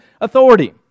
authority